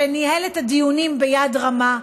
שניהל את הדיונים ביד רמה,